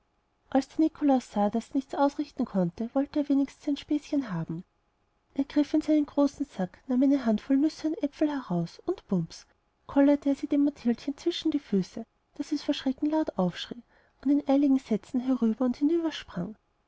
als der nikolaus sah daß er nichts ausrichten konnte wollte er wenigstens sein späßchen haben er griff in seinen großen sack nahm eine handvoll nüsse und äpfel heraus und bums kollerte er sie dem mathildchen zwischen die füße daß es vor schrecken laut aufschrie und in eiligen sätzen herüber und